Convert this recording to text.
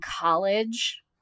college